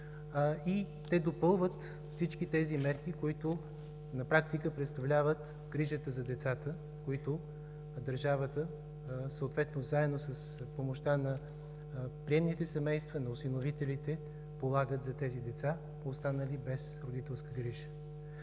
и те допълват всички тези мерки, които на практика представляват грижата за децата, които държавата съответно заедно с помощта на приемните семейства, на осиновителите полага за тези деца, останали без родителска грижа.